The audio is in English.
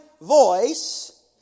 voice